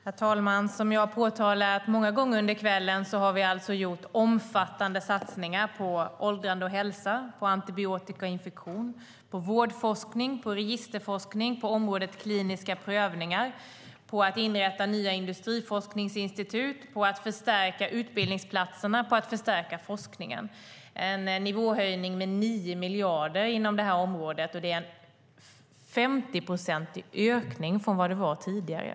Herr talman! Som jag har påtalat många gånger under kvällen har vi alltså gjort omfattande satsningar på åldrande och hälsa, på antibiotika och infektion, på vårdforskning, på registerforskning, på området kliniska prövningar, på att inrätta nya industriforskningsinstitut, på att förstärka utbildningsplatserna och på att förstärka forskningen. Det är en nivåhöjning med 9 miljarder inom detta område, vilket är en 50-procentig ökning mot tidigare.